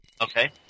Okay